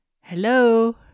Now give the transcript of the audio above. Hello